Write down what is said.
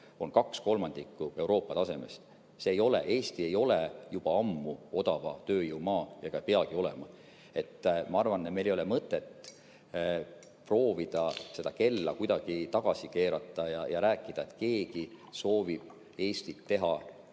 on kaks kolmandikku Euroopa tasemest. Eesti ei ole juba ammu enam odava tööjõu maa ega peagi olema. Ma arvan, et meil ei ole mõtet proovida seda kella kuidagi tagasi keerata ja rääkida, et keegi soovib Eestit teha